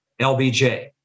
LBJ